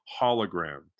hologram